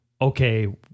okay